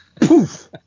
Poof